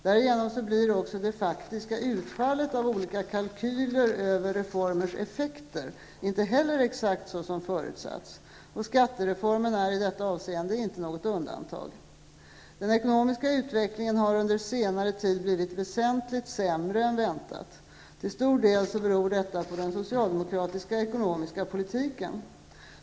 Därigenom blir också det faktiska utfallet av olika kalkyler över reformers effekter inte heller exakt så som förutsatts. Skattereformen är i detta avseende inte något undantag. Den ekonomiska utvecklingen har under senare tid blivit väsentligt sämre än väntat. Till stor del beror detta på den socialdemokratiska ekonomiska politiken.